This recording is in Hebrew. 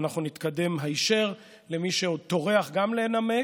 ואנחנו נתקדם היישר למי שעוד טורח גם לנמק,